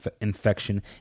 infection